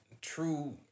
true